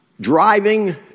driving